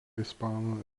ispanų